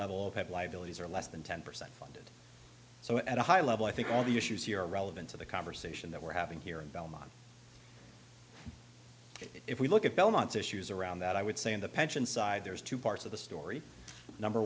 level of head liabilities are less than ten percent funded so at a high level i think all the issues here are relevant to the conversation that we're having here in belmont if we look at belmont issues around that i would say in the pension side there's two parts of the story number